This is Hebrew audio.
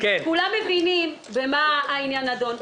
כולם מבינים במה העניין הנדון,